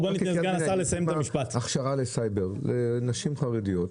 הכשרה לסייבר לנשים חרדיות,